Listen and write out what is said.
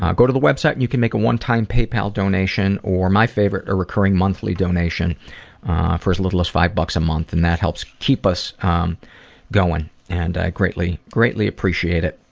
ah go to the website and you can make a one-time paypal donation or my favorite a recurring monthly donation for as little as five bucks a month and that helps keep us going and i greatly, greatly appreciate it.